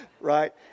right